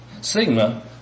sigma